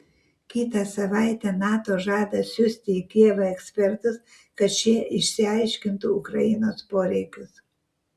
kitą savaitę nato žada siųsti į kijevą ekspertus kad šie išsiaiškintų ukrainos poreikius